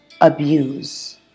abuse